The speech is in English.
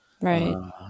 Right